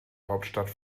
hauptstadt